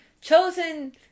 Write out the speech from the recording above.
Chosen